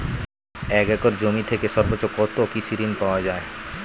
এক একর জমি থেকে সর্বোচ্চ কত কৃষিঋণ পাওয়া য়ায়?